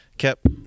Kept